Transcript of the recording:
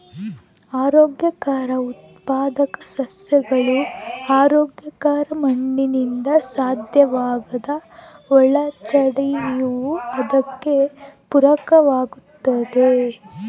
ಆರೋಗ್ಯಕರ ಉತ್ಪಾದಕ ಸಸ್ಯಗಳು ಆರೋಗ್ಯಕರ ಮಣ್ಣಿನಿಂದ ಸಾಧ್ಯವಾಗ್ತದ ಒಳಚರಂಡಿಯೂ ಅದಕ್ಕೆ ಪೂರಕವಾಗಿರ್ತತೆ